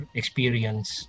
experience